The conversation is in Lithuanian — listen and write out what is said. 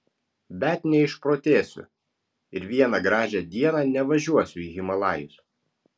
bet neišprotėsiu ir vieną gražią dieną nevažiuosiu į himalajus